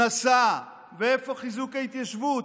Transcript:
נסע, ואיפה חיזוק ההתיישבות?